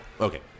Okay